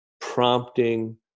prompting